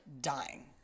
dying